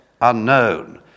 unknown